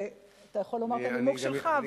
אתה יכול לומר את הנימוק שלך,